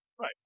Right